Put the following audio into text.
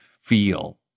feel